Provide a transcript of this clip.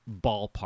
ballpark